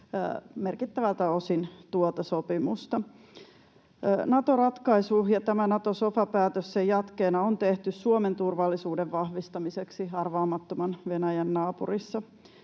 merkittäviltä osin. Nato-ratkaisu ja tämä päätös Nato-sofasta sen jatkeena on tehty Suomen turvallisuuden vahvistamiseksi arvaamattoman Venäjän naapurissa.